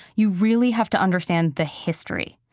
you really have to understand the history.